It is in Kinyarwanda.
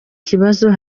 kibazo